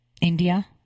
India